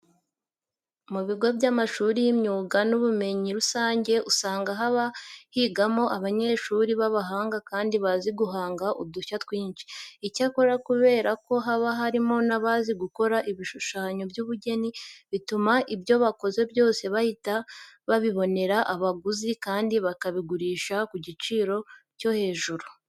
Mu bigo by'amashuri y'imyuga n'ubumenyingiro usanga haba higamo abanyeshuri b'abahanga kandi bazi guhanga udushya twinshi. Icyakora kubera ko haba harimo n'abazi gukora ibishushanyo by'ubugeni, bituma ibyo bakoze byose bahita babibonera abaguzi kandi bakabigurisha ku giciro cyo hejuru.